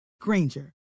Granger